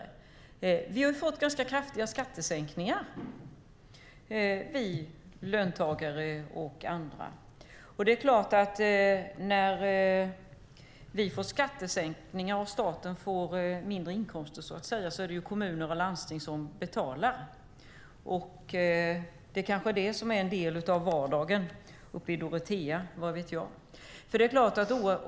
Vi löntagare och andra har fått ganska kraftiga skattesänkningar, och när vi får skattesänkningar och staten därmed lägre inkomster är det kommuner och landsting som betalar. Det kanske är det som är en del av vardagen uppe i Dorotea, vad vet jag.